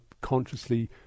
consciously